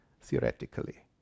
theoretically